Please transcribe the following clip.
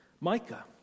Micah